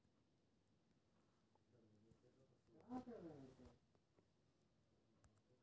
स्वयं सहायता समूह मे कतेको प्रकार केर निबेश विषय मे बताओल जाइ छै